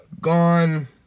Gone